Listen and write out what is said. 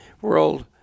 world –